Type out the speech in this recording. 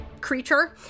creature